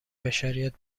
بشریت